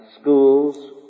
schools